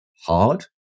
hard